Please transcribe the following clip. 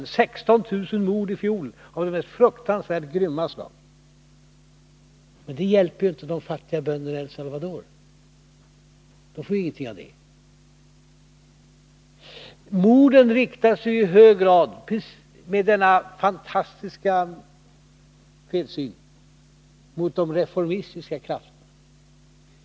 Det var 16 000 mord i fjol av det mest fruktansvärt grymma slaget. Det hjälper ju inte de fattiga bönderna i El Salvador. De får ingenting av detta. Morden riktar sig i hög grad med denna fantastiska felsyn mot de reformistiska krafterna.